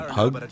hug